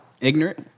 ignorant